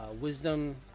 Wisdom